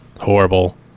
horrible